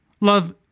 Love